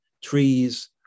trees